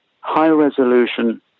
high-resolution